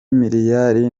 miliyari